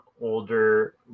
older